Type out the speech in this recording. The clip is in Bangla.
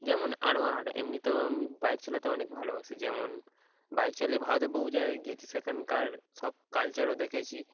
যেমন আরও আর এমনিতেও আমি বাইক চালাতে অনেক ভালোবাসি যেমন বাইক চালিয়ে ভারতে বহু জায়গায় গিয়েছি সেখানকার সব কালচারও দেখেছি